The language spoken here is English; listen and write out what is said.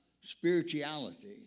Spirituality